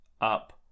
up